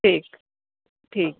ਠੀਕ ਠੀਕ